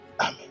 Amen